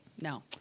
no